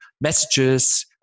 messages